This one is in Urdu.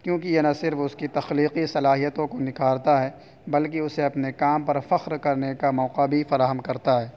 کیونکہ یہ نہ صرف ان کی تخلیقی صلاحیتوں کو نکھارتا ہے بلکہ اسے اپنے کام پر فخر کرنے کا موقع بھی فراہم کرتا ہے